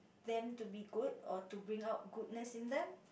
them to be good or to bring out goodness in them